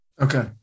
Okay